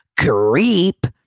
creep